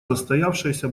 застоявшееся